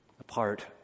apart